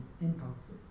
impulses